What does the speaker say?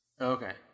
Okay